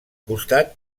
costat